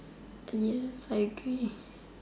and yes I agree